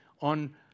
on